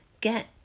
get